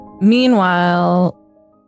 Meanwhile